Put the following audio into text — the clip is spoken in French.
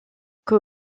que